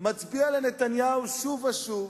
מצביע לנתניהו שוב ושוב,